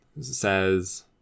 says